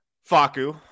Faku